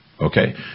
Okay